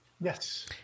Yes